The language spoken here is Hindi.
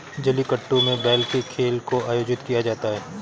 जलीकट्टू में बैल के खेल को आयोजित किया जाता है